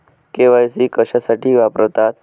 KYC कशासाठी वापरतात?